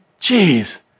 Jeez